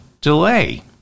delay